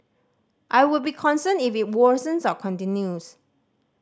I would be concerned if it worsens or continues